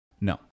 No